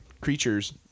creatures